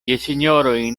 gesinjoroj